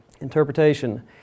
Interpretation